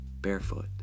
barefoot